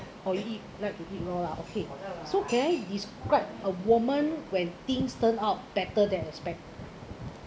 or you eat like to eat raw lah ok can you describe a moment when things turn out better than expected